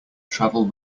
travel